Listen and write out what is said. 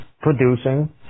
producing